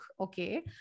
okay